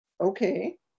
okay